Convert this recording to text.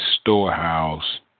storehouse